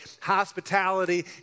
hospitality